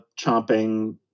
chomping